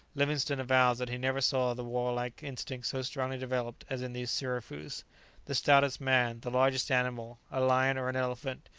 livingstone avows that he never saw the warlike instinct so strongly developed as in these sirafoos the stoutest man, the largest animal, a lion or an elephant,